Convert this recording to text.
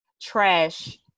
trash